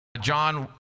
John